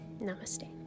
Namaste